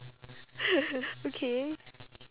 okay